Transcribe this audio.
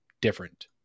different